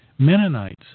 Mennonites